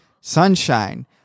sunshine